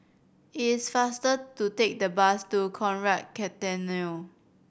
it's faster to take the bus to Conrad Centennial